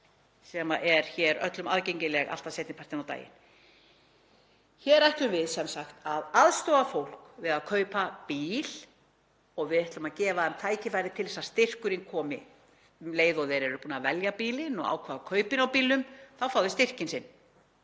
sem er öllum aðgengileg, alltaf seinni partinn á daginn. Hér ætlum við sem sagt að aðstoða fólk við að kaupa bíl og við ætlum að gefa þeim tækifæri til þess að styrkurinn komi um leið og það er búið að velja bílinn og ákveða kaupin á bílnum. Þá fær það styrkinn,